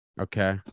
okay